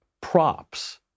props